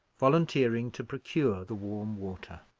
volunteering to procure the warm water.